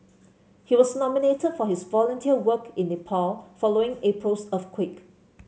he was nominated for his volunteer work in Nepal following April's earthquake